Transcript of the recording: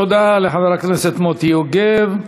תודה לחבר הכנסת מוטי יוגב.